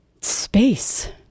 space